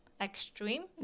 extreme